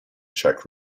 czech